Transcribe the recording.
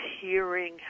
hearing